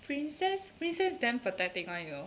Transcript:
princess princess damn pathetic [one] you know